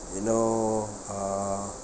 you know uh